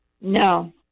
No